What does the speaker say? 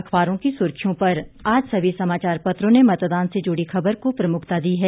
अखबारों की सुर्खियों पर आज सभी समाचार पत्रों ने मतदान से जुड़ी खबर को प्रमुखता दी है